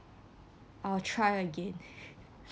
I would try again